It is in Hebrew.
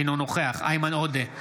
אינו נוכח איימן עודה,